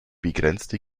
begrenzte